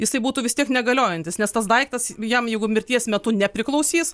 jisai būtų vis tiek negaliojantis nes tas daiktas jam jeigu mirties metu nepriklausys